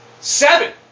Seven